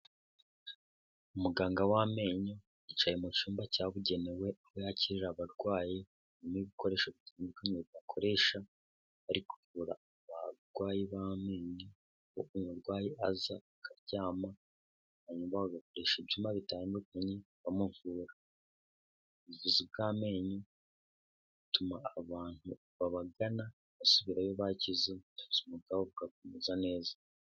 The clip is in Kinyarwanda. Umuganga w'amenyo yicaye mu cyumba cyabugenewe aho yakirira abarwayi, harimo ibikoresho bitandukanye bakoresha bari kuvura abarwayi b'amenyo, nk'uku umurwayi aza akaryama, hanyuma bagakoresha ibyuma bitandukanye bamuvura. Ubuvuzi bw'amenyo butuma abantu babagana basubirayo bakize, ubuzima bwabo bugakomeza neza.